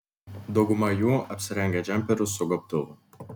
dauguma jų apsirengę džemperiu su gobtuvu